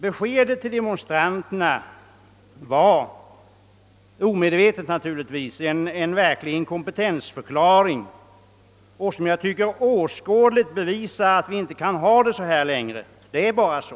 Beskedet till demonstranterna var — naturligtvis omedvetet — ett verkligt inkompetensbevis som enligt min mening åskådligt belyser att vi inte längre kan ha det så här. Det är bara så.